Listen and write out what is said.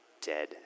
dead